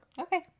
Okay